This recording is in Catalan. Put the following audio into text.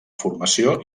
formació